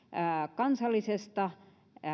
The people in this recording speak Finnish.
kansallisesta